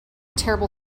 terrible